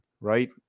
right